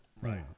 Right